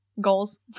goals